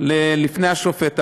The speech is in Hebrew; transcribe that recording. לפני שופט,